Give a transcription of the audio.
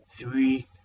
Three